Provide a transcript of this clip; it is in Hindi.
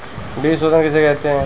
बीज शोधन किसे कहते हैं?